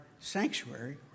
sanctuary